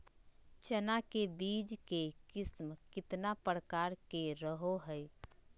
चना के बीज के किस्म कितना प्रकार के रहो हय?